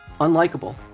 unlikable